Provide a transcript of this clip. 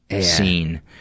seen